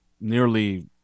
nearly